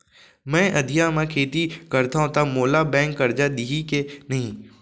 मैं अधिया म खेती करथंव त मोला बैंक करजा दिही के नही?